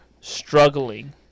struggling